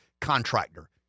contractor